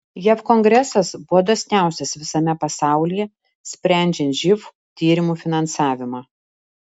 jav kongresas buvo dosniausias visame pasaulyje sprendžiant živ tyrimų finansavimą